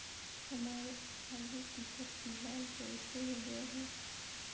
हमारे आलू की पत्ती लाल कैसे हो गया है?